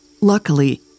luckily